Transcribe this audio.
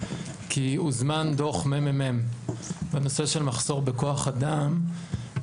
כי הוזמן דוח ממ"מ בנושא של מחסור בכוח אדם.